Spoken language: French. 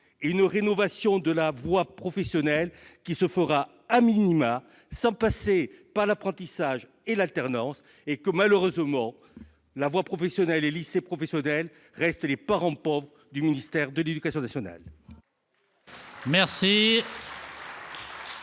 et une rénovation de la voie professionnelle qui se fera, à tout le moins, sans passer par l'apprentissage ni par l'alternance. Malheureusement, la voie professionnelle et les lycées professionnels resteront donc les parents pauvres du ministère de l'éducation nationale.